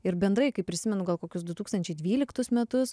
ir bendrai kaip prisimenu gal kokius du tūkstančiai dvyliktus metus